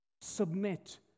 Submit